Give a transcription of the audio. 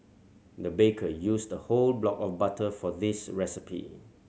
the baker used a whole block of butter for this recipe